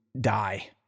die